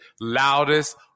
loudest